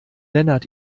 lennart